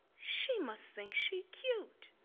she must think she cute.